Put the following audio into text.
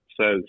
says